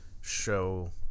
show